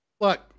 Look